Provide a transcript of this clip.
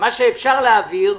מה שאפשר להעביר,